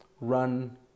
run